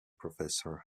professor